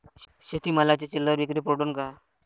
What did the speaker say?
शेती मालाची चिल्लर विक्री परवडन का?